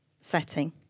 setting